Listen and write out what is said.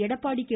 Edappadi K